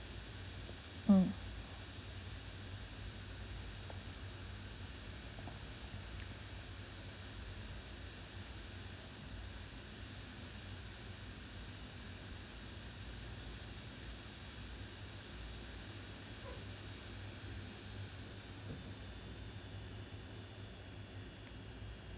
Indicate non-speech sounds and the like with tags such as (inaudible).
mm (noise)